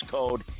code